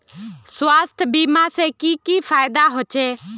स्वास्थ्य बीमा से की की फायदा छे?